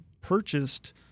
purchased